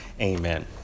Amen